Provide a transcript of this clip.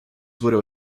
widow